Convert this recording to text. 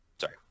sorry